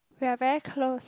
we are very close